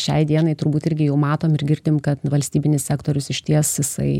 šiai dienai turbūt irgi jau matom ir girdim kad valstybinis sektorius išties jisai